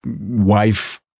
wife